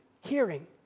hearing